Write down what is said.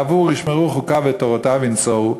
"בעבור ישמרו חֻקיו ותורֹתיו ינצֹרו",